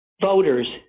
voters